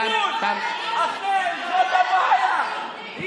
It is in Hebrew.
תם הפרק הזה, זאת המחלה.